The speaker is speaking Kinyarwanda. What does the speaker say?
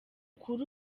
kuri